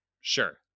Sure